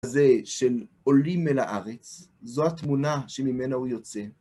זה של עולים אל ארץ, זו התמונה שממנה הוא יוצא.